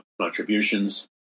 contributions